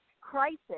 crisis